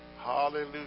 Hallelujah